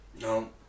No